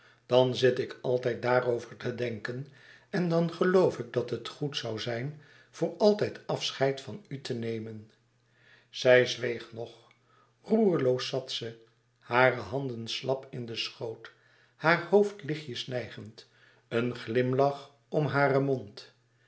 dan zit ik altijd daarover te denken en dan geloof ik dat het goed zoû zijn voor altijd afscheid van u te nemen zij zweeg nog roerloos zat ze hare handen slap in den schoot haar hoofd lichtjes neigend een glimlach om haren mond